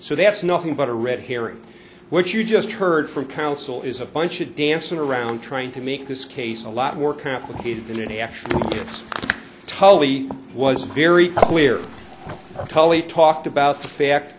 so that's nothing but a red herring which you just heard from counsel is a bunch of dancing around trying to make this case a lot more complicated than he actually tully was very clear tali talked about the fact